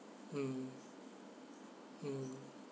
mm mm